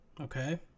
Okay